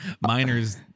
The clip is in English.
Miners